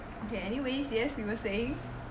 okay anyways yes you were saying